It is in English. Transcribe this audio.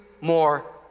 more